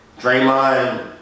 Draymond